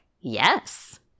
yes